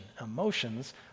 Emotions